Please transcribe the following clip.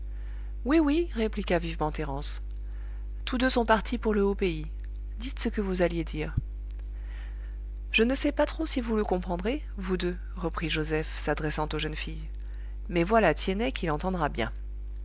oui oui répliqua vivement thérence tous deux sont partis pour le haut pays dites ce que vous alliez dire je ne sais pas trop si vous le comprendrez vous deux reprit joseph s'adressant aux jeunes filles mais voilà tiennet qui l'entendra bien